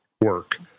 work